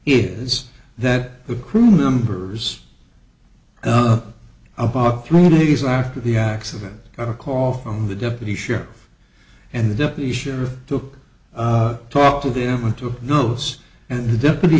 is that the crew members the about three days after the accident or call from the deputy sheriff and the deputy sheriff took talk to them to notice and the deputy